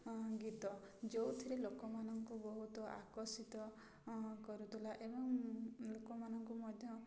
ଗୀତ ଯେଉଁଥିରେ ଲୋକମାନଙ୍କୁ ବହୁତ ଆକର୍ଷିତ କରୁଥିଲା ଏବଂ ଲୋକମାନଙ୍କୁ ମଧ୍ୟ